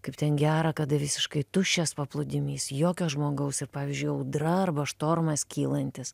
kaip ten gera kada visiškai tuščias paplūdimys jokio žmogaus ir pavyzdžiui audra arba štormas kylantis